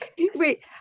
wait